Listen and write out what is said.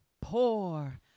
poor